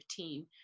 2015